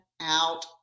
out